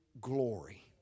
glory